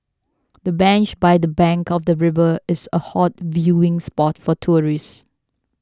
the bench by the bank of the river is a hot viewing spot for tourists